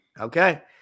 Okay